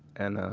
and